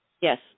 yes